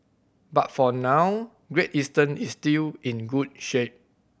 but for now Great Eastern is still in good shape